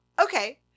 Okay